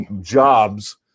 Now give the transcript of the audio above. jobs